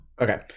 okay